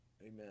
amen